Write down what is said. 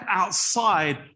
outside